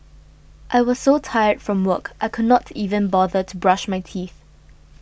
I was so tired from work I could not even bother to brush my teeth